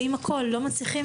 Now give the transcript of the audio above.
ולא מצליחים